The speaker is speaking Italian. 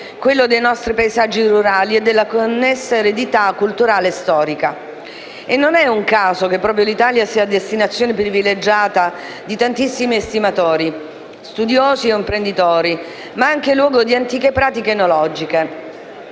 (quello dei nostri paesaggi rurali e della connessa eredità culturale e storica). Non è un caso che proprio l'Italia sia destinazione privilegiata di tantissimi estimatori, studiosi, imprenditori, ma anche luogo di antiche pratiche enologiche.